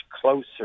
closer